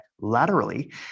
laterally